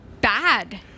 bad